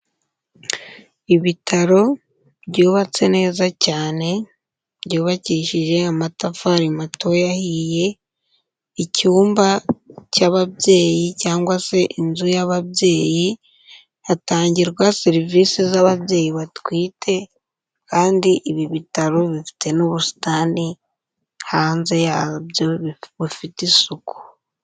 Ibitaro byubatse neza cyane, byubakishije amatafari matoya ahiye, icyumba cy'ababyeyi cyangwa se inzu y'ababyeyi, hatangirwa serivisi z'ababyeyi batwite, kandi ibi bitaro bifite n'ubusitani hanze yabyo bufite isuku.